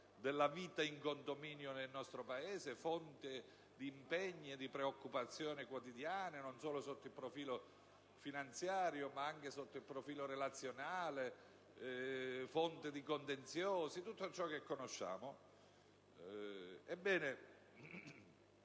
della vita in condominio nel nostro Paese, fonte di impegni e preoccupazioni quotidiani, non solo sotto il profilo finanziario ma anche relazionale, fonte di contenziosi, e tutto ciò che conosciamo.